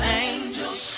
angels